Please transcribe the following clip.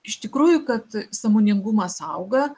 iš tikrųjų kad sąmoningumas auga